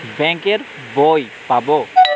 Bank এর বই পাবো?